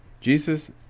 Jesus